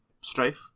Strife